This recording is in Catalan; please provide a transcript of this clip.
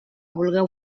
vulgueu